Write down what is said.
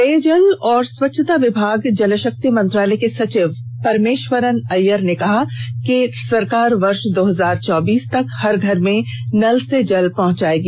पेयजल व स्वच्छता विभाग जल शक्ति मंत्रालय के सचिव परमेष्वरन अय्यर ने कहा कि सरकार वर्ष दो हजार चौबीस तक हर घर में नल से जल पहुँचा देगी